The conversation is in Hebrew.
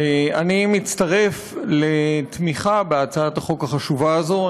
אני מצטרף לתמיכה בהצעת החוק החשובה הזאת.